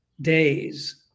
days